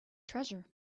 treasure